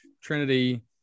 Trinity